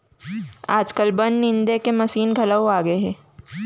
आजकाल बन निंदे के मसीन घलौ आगे हे